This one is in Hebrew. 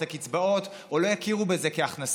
את הקצבאות או לא יכירו בזה כהכנסה,